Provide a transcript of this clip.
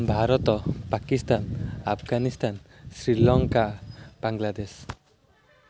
Bharat Pakistan Afghanistan Sri Lanka Bangladesh